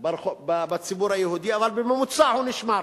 בציבור היהודי, אבל בממוצע הוא נשמר,